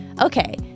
okay